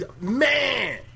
Man